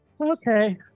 Okay